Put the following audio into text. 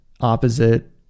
opposite